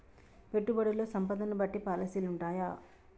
పెట్టుబడుల్లో సంపదను బట్టి పాలసీలు ఉంటయా?